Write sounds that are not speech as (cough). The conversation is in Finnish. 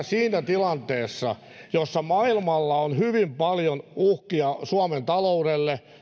(unintelligible) siinä tilanteessa jossa maailmalla on hyvin paljon uhkia suomen taloudelle